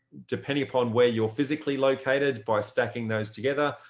depending upon where you're physically located by stacking those together,